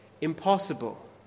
impossible